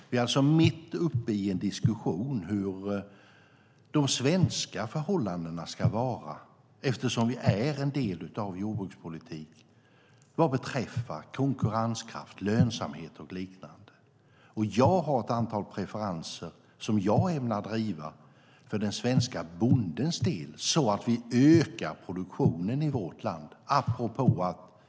Vi är alltså mitt uppe i en diskussion om hur de svenska förhållandena ska vara eftersom vi är en del av jordbrukspolitiken vad beträffar konkurrenskraft, lönsamhet och liknande. Jag har ett antal preferenser som jag ämnar driva för den svenska bondens del, så att vi ökar produktionen i vårt land.